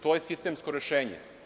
To je sistemsko rešenje.